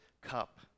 cup